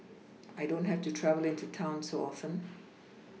I don't have to travel into town so often